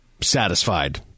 satisfied